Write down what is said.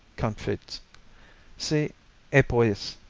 confits see epoisses.